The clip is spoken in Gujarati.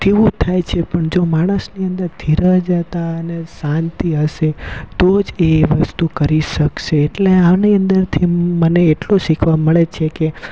તેવું થાય છે પણ જો માણસની અંદર ધીરજતા અને શાંતિ હશે તોજ એ વસ્તુ કરી શકશે એટલે આની અંદરથી એમ મને એટલું શીખવા મળે છેકે